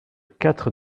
quatre